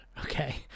Okay